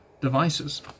devices